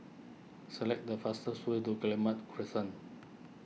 select the fastest way to Guillemard Crescent